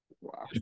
Wow